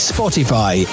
Spotify